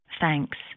thanks